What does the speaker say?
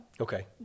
Okay